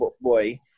boy